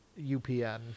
upn